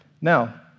Now